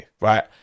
right